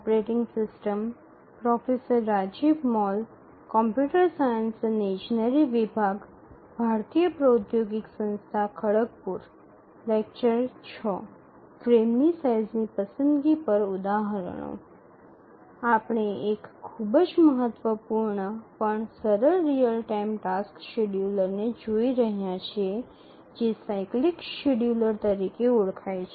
આપણે એક ખૂબ જ મહત્વપૂર્ણ પણ સરળ રીઅલ ટાઇમ ટાસ્ક શેડ્યૂલરને જોઈ રહ્યા છીએ જે સાયક્લિક શેડ્યૂલર તરીકે ઓળખાય છે